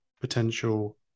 potential